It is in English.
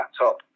laptop